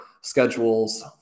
schedules